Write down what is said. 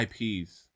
IPs